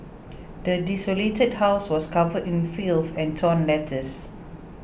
the desolated house was covered in filth and torn letters